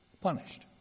punished